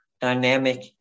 dynamic